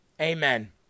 amen